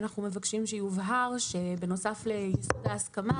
אנחנו מבקשים שיובהר שבנוסף לייסוד ההסכמה,